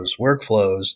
workflows